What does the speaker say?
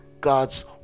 God's